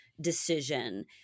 decision